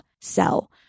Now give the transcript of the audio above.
sell